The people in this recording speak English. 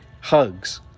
Hugs